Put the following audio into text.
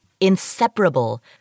inseparable